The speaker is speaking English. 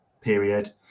period